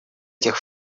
этих